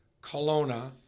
Kelowna